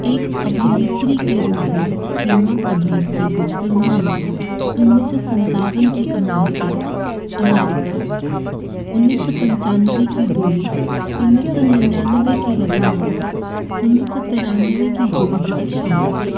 एक अभिनेत्री के रूप में हेमा प्रभात की कुछ फिल्मों में उन्नीस सौ संतावन की अमैरिका अमैरिका उन्नीस सौ पंचानवे की डोरे उन्नीस सौ निन्यानवे की रविमामा उन्नीस सौ तेरानवे की गोलीबार शामिल हैं